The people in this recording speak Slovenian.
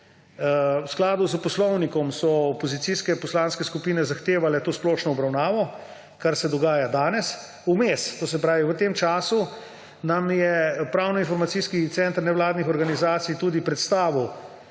V skladu s poslovnikom so opozicijske poslanske skupine zahtevale to splošno obravnavo, kar se dogaja danes. Vmes, to se pravi v tem času, nam je Pravno-informacijski center nevladnih organizacij tudi predstavil